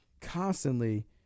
constantly